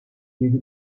yedi